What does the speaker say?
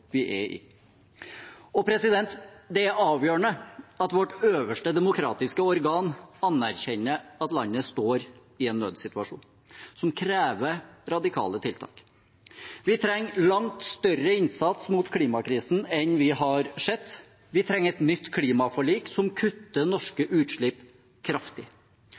vi er i. Det er avgjørende at vårt øverste demokratiske organ anerkjenner at landet står i en nødssituasjon som krever radikale tiltak. Vi trenger langt større innsats mot klimakrisen enn vi har sett. Vi trenger et nytt klimaforlik som kutter norske utslipp kraftig.